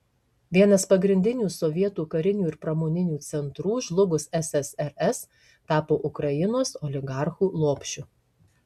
vienas pagrindinių sovietų karinių ir pramoninių centrų žlugus ssrs tapo ukrainos oligarchų lopšiu